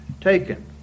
taken